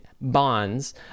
bonds